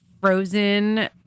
frozen